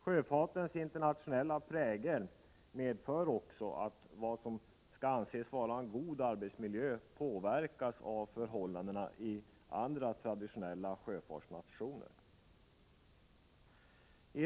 Sjöfartens internationella prägel medför också att vad som skall anses vara en god arbetsmiljö påverkas av förhållandena i andra traditionella sjöfartsnationer.